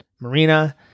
Marina